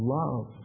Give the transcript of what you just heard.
love